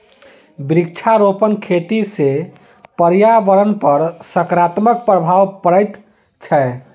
वृक्षारोपण खेती सॅ पर्यावरणपर सकारात्मक प्रभाव पड़ैत छै